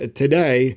today